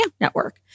network